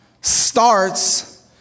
starts